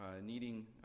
needing